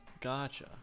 Gotcha